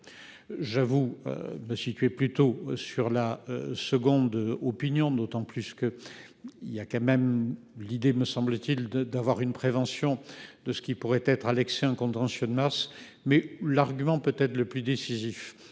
J'avoue ne plutôt sur la seconde. Opinion d'autant plus que. Il y a quand même l'idée me semble-t-il de d'avoir une prévention de ce qui pourrait être un contentieux de mars mais l'argument peut être le plus décisif.